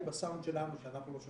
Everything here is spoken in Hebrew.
תכתבו בצ'ט למטה, יש לי את